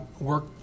work